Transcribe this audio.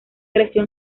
creció